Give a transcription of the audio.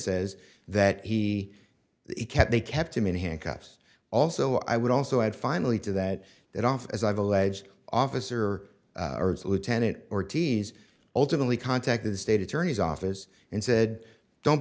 says that he he can't they kept him in handcuffs also i would also add finally to that that off as i've alleged officer lieutenant ortiz ultimately contacted the state attorney's office and said don't